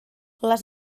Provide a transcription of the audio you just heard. les